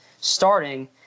starting